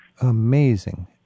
Amazing